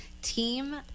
team